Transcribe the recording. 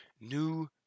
New